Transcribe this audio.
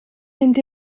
mynd